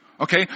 Okay